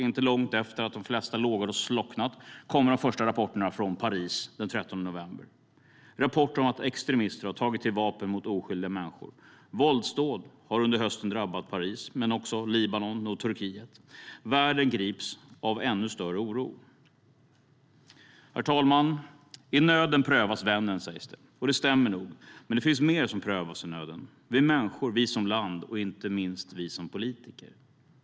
Inte långt efter att de flesta lågor har slocknat kommer de första rapporterna från Paris den 13 november, rapporter om att extremister har tagit till vapen mot oskyldiga människor. Våldsdåd har under hösten drabbat Paris men också Libanon och Turkiet. Världen grips av ännu större oro. Herr talman! I nöden prövas vännen, sägs det. Det stämmer nog, men det finns mer som prövas i nöden: vi människor, vi som land och inte minst vi som politiker.